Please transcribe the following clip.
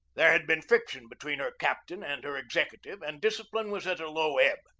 there had been friction be tween her captain and her executive, and discipline was at a low ebb.